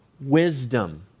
wisdom